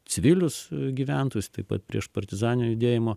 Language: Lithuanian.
civilius gyventojus taip pat prieš partizanio judėjimo